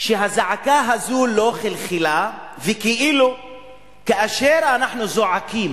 הזעקה הזו לא חלחלה, וכאילו כאשר אנחנו זועקים